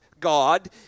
God